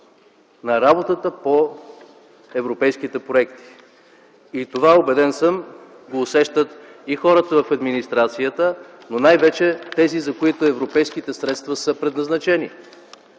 на работата по европейските проекти. Това, убеден съм, го усещат и хората в администрацията, но най-вече тези, за които са предназначени